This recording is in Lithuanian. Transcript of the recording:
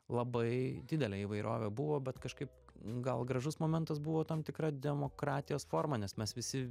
labai didelė įvairovė buvo bet kažkaip gal gražus momentas buvo tam tikra demokratijos forma nes mes visi